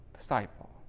disciple